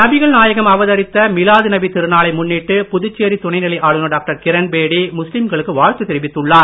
நபிகள் நாயகம் அவதரித்த மிலாது நபி திருநாளை முன்னிட்டு புதுச்சேரி துணைநிலை ஆளுநர் டாக்டர் கிரண்பேடி முஸ்லீம்களுக்கு வாழ்த்து தெரிவித்துள்ளார்